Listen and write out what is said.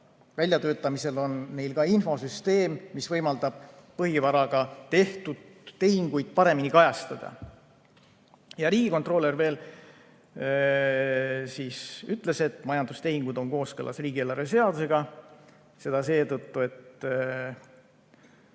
Väljatöötamisel on neil ka infosüsteem, mis võimaldab põhivaraga tehtud tehinguid paremini kajastada. Riigikontrolör ütles veel, et majandustehingud on kooskõlas riigieelarve seadusega. Seda seetõttu, et